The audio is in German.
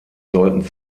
sollten